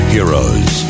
Heroes